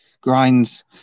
grinds